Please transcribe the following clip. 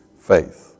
faith